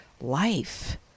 life